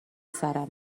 سرم